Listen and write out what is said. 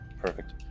perfect